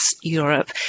Europe